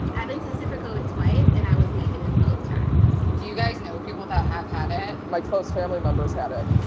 i've been tested for covid twice and i was negative both times. do you guys know people that have had it? my close family members had it.